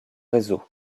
réseau